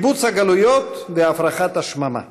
קיבוץ הגלויות והפרחת השממה,